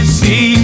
see